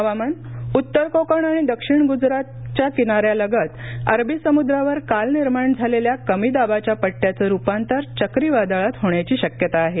हवामान उत्तर कोंकण आणि दक्षिण गुजरातच्या किनाऱ्यालगत अरबीसमुद्रावर काल निर्माण झालेल्या कमीदाबाच्या पट्टयाचं रुपांतर चक्रीवादळात होण्याची शक्यता आहे